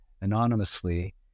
anonymously